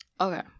okay